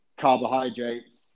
carbohydrates